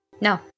No